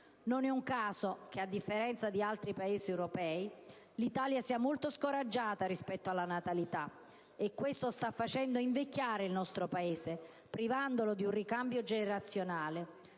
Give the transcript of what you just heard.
Non è un caso che, a differenza di altri Paesi europei, l'Italia sia molto scoraggiata rispetto alla natalità. L'Italia invecchia e viene privata di un ricambio generazionale.